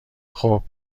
خوب